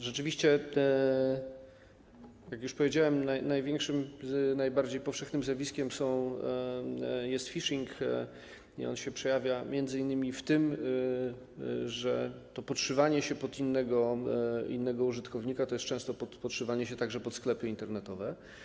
Rzeczywiście, jak już powiedziałem, największym, najbardziej powszechnym zjawiskiem jest phishing i on się przejawia m.in. tym, że to podszywanie się pod innego użytkownika jest często podszywaniem się także pod sklepy internetowe.